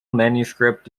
manuscript